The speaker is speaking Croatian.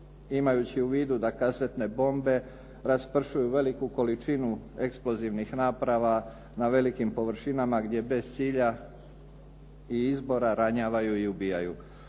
Imajući u vidu da kazetne bombe raspršuju veliku količinu eksplozivnih naprava na velikim površina gdje bez cilja i izbora ranjavaju i ubijaju.